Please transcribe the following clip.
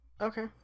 Okay